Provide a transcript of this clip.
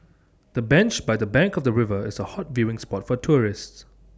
the bench by the bank of the river is A hot viewing spot for tourists